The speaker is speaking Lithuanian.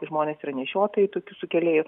žmonės yra nešiotojai tokių sukėlėjų